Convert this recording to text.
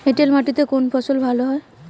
এঁটেল মাটিতে কোন ফসল ভালো হয়?